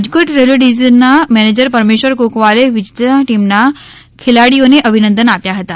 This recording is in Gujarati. રાજકોટ રેલ્વે ડિવિઝનના મેનેજર પરમેશ્વર કુકવાલે વિજેતા ટીમાના ખેલાડીઓને અભિનંદન આપ્યા હતા